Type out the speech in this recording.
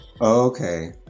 okay